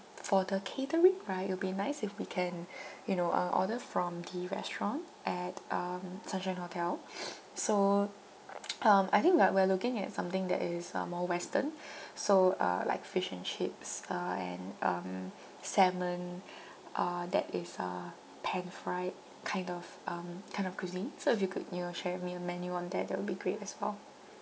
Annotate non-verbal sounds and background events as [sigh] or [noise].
for the catering right it'll be nice if we can you know uh order from the restaurant at um sunshine hotel [noise] so [noise] um I think we are we are looking at something that is uh more western so uh like fish and chips uh and um salmon uh that is uh pan fried kind of um kind of cuisine so if you could you know share with me your menu on that that will be great as well